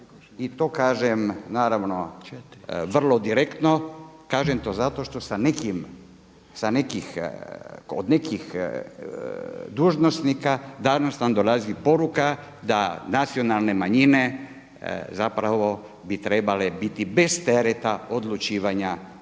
i to kažem naravno vrlo direktno, to kažem zato što kod nekih dužnosnika danas nam dolazi poruka da nacionalne manjine zapravo bi trebale biti bez tereta odlučivanja